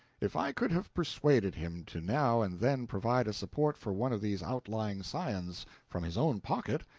if i could have persuaded him to now and then provide a support for one of these outlying scions from his own pocket,